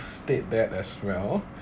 state that as well